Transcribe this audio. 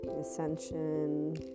ascension